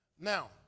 Now